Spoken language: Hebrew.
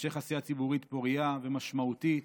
המשך עשייה ציבורית פורייה ומשמעותית.